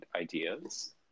ideas